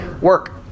Work